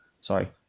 sorry